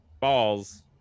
balls